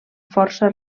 força